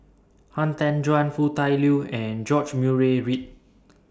Han Tan Juan Foo Tui Liew and George Murray Reith